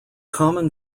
common